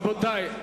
רבותי,